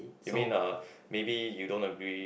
you mean uh maybe you don't agree